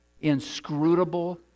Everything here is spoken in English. inscrutable